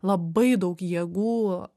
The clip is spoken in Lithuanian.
labai daug jėgų